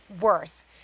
worth